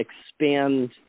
expand